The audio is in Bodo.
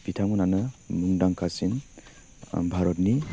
बिथांमोनानो मुंदांखासिन भारतनि